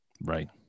Right